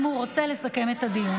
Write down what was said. אם הוא רוצה לסכם את הדיון.